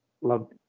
Love